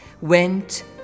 went